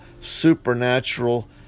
supernatural